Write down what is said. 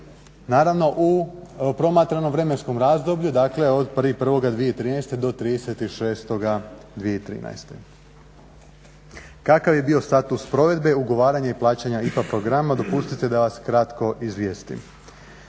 naravno u promatranom vremenskom razdoblju od 1.1.2013. do 30.6.2013. Kakav je bio status provedbe, ugovaranja i plaćanja IPA programa dopustite da vas kratko izvijestim.